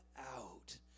out